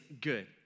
good